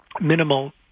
minimal